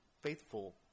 faithful